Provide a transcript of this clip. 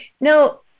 Now